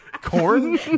Corn